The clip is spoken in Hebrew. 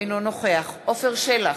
אינו נוכח עפר שלח,